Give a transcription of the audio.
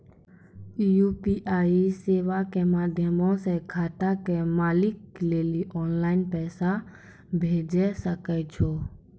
UPI सेबा के माध्यमो से खाता के मालिक लेली आनलाइन पैसा भेजै सकै छो